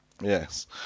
Yes